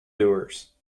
doers